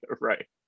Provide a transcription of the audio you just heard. right